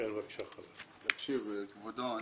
כבודו,